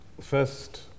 first